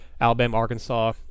Alabama-Arkansas